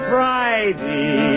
Friday